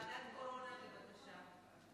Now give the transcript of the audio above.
לוועדת קורונה, בבקשה.